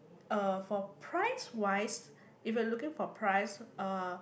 uh for price wise if you looking for price uh